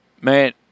Man